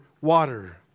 water